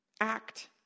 act